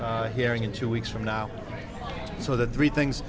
next hearing in two weeks from now so the three things